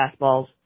fastballs